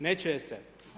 Ne čuje se.